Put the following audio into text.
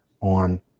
on